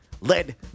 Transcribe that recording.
Led